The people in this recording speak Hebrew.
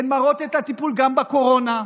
הן מראות את הטיפול גם בקורונה,